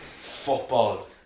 football